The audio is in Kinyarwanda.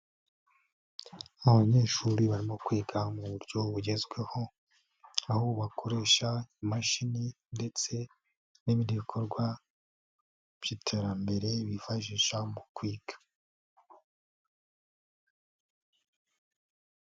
Abanyeshuri barimo kwiga mu buryo bugezweho, aho bakoresha imashini ndetse n'ibindi bikorwa by'iterambere bifashisha mu kwiga.